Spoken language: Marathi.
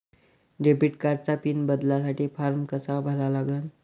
डेबिट कार्डचा पिन बदलासाठी फारम कसा भरा लागन?